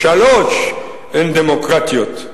שלוש הן דמוקרטיות.